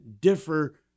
differ